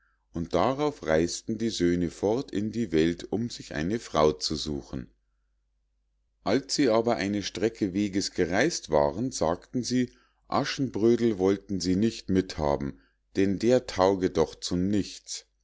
und darauf reis'ten die söhne fort in die welt um sich eine frau zu suchen als sie aber eine strecke weges gereis't waren sagten sie aschenbrödel wollten sie nicht mit haben denn der tauge doch zu nichts